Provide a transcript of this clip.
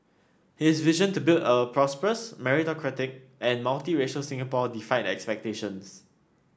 his vision to build a prosperous meritocratic and multiracial Singapore defied expectations